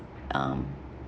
um